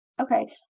Okay